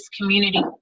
community